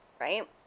right